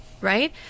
right